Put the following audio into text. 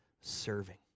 serving